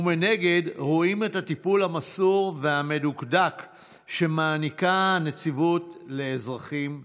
ומנגד רואים את הטיפול המסור והמדוקדק שמעניקה הנציבות לאזרחים אלו.